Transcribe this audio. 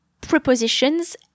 prepositions